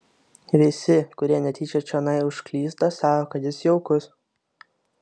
visi kurie netyčia čionai užklysta sako kad jis jaukus